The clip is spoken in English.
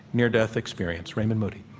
near-death experience. raymond moody.